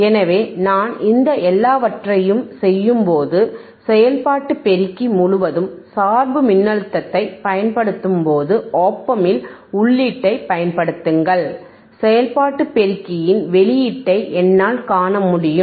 எனவே நான் இந்த எல்லாவற்றையும் செய்யும்போது செயல்பாட்டு பெருக்கி முழுவதும் சார்பு மின்னழுத்தத்தைப் பயன்படுத்தும்போது op amp இல் உள்ளீட்டைப் பயன்படுத்துங்கள் செயல்பாட்டு பெருக்கியின் வெளியீட்டை என்னால் காண முடியும்